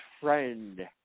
friend